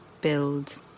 build